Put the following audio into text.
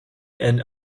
and